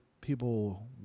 people